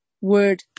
word